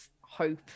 hope